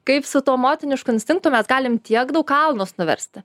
kaip su tuo motinišku instinktu mes galim tiek daug kalnus nuverst